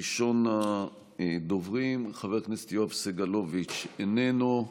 ראשון הדוברים, חבר הכנסת יואב סגלוביץ, איננו,